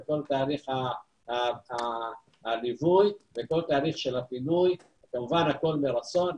לכל תהליך הליווי ולכל תהליך הפינוי כאשר זה כמובן הכול מרצון,